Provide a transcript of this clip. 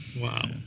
Wow